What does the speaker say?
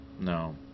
No